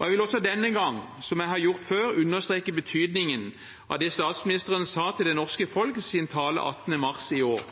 Jeg vil også denne gang, som jeg har gjort før, understreke betydningen av det statsministeren sa til det norske folk i sin tale 18. mars i år: